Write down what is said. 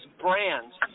brands